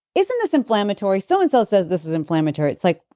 isn't this inflammatory? so and so says this is inflammatory. it's like,